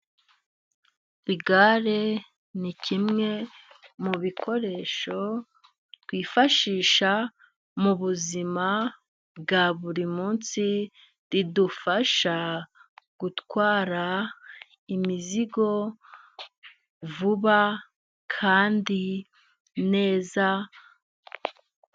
Igare ni kimwe mu bikoresho twifashisha mu buzima bwa buri munsi, ridufasha gutwara imizigo vuba kandi neza...